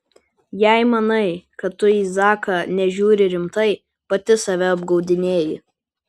jei manai kad tu į zaką nežiūri rimtai pati save apgaudinėji